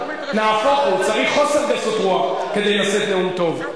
נהפוך הוא, צריך חוסר גסות רוח כדי לשאת נאום טוב.